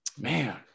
Man